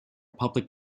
public